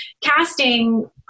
casting